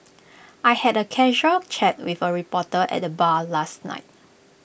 I had A casual chat with A reporter at the bar last night